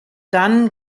dann